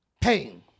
Pain